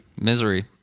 Misery